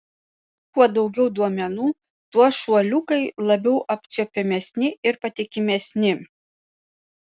kuo daugiau duomenų tuo šuoliukai labiau apčiuopiamesni ir patikimesni